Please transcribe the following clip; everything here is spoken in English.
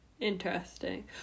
Interesting